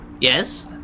Yes